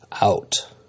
out